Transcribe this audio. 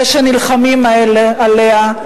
אלה שנלחמים עליה,